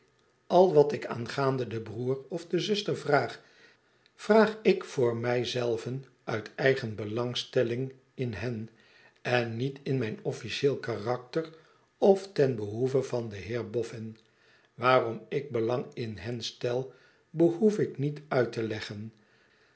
al wat ik aangaande den broeder of de zuster vraag vraag ik voor mij zelven uit eigen belangstelling in hen en niet in mijn ofüdeel karakter ften behoeve van den heer bofün waarom ik belang in hen stel behoef ik niet uit te leggen